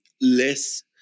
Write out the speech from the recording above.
less